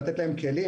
לתת להם כלים.